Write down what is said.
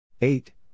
Eight